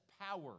power